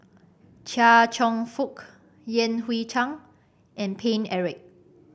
Chia Cheong Fook Yan Hui Chang and Paine Eric